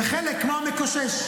וחלק כמו המקושש.